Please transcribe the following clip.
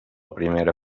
primera